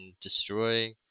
destroy